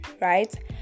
right